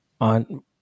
on